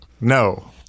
No